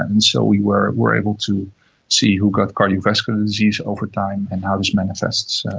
and so we were were able to see who got cardiovascular disease over time and how this manifests.